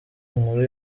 inkuru